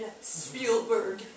Spielberg